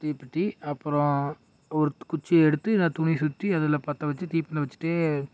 தீப்பெட்டி அப்புறோம் ஒரு குச்சி எடுத்து நான் துணியை சுற்றி அதில் பற்ற வச்சி தீப்பந்தம் வச்சிட்டு